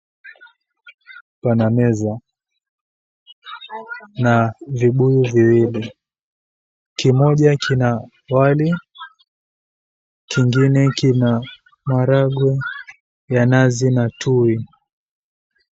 Pana meza na vibuyu viwili, kimoja kina wali kingine kina maharagwe ya nazi na tui.